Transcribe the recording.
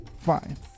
Fine